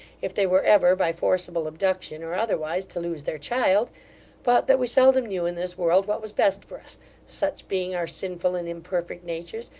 if they were ever, by forcible abduction, or otherwise, to lose their child but that we seldom knew, in this world, what was best for us such being our sinful and imperfect natures,